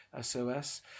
SOS